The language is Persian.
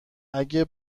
اگه